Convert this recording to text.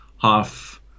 half